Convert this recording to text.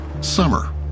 Summer